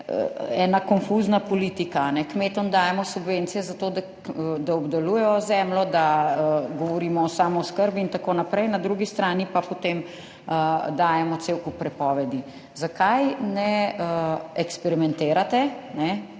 ena konfuzna politika. Kmetom dajemo subvencije za to, da obdelujejo zemljo, da govorimo o samooskrbi in tako naprej, na drugi strani pa potem dajemo cel kup prepovedi. Zakaj ne eksperimentirate,